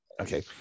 Okay